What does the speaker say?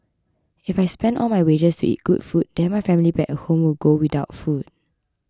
if I spend all my wages to eat good food then my family back at home will go without food